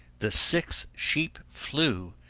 the six sheep flew,